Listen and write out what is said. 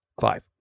five